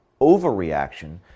overreaction